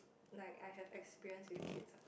like I have experience with kids what